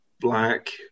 Black